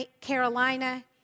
Carolina